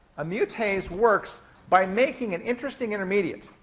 a mutase works by making an interesting intermediate.